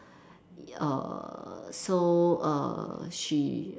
err so err she